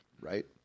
right